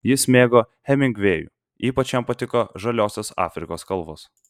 jis mėgo hemingvėjų ypač jam patiko žaliosios afrikos kalvos